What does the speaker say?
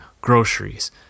groceries